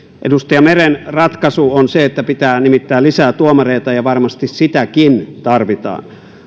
edustaja meren ratkaisu on se että pitää nimittää lisää tuomareita ja varmasti sitäkin tarvitaan